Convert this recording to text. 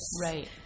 Right